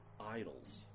idols